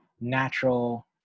natural